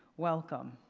welcome.